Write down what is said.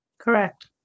Correct